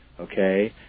okay